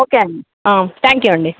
okay అండీ thank you అండీ